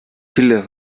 viele